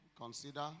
consider